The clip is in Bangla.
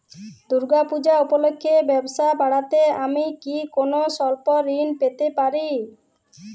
দূর্গা পূজা উপলক্ষে ব্যবসা বাড়াতে আমি কি কোনো স্বল্প ঋণ পেতে পারি?